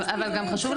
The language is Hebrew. בסוף יש איזונים.